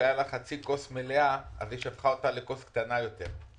שכשהייתה לה חצי כוס מלאה היא שפכה אותה לכוס קטנה יותר.